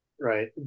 Right